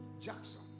Jackson